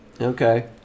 Okay